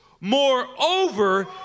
Moreover